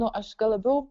nu aš gal labiau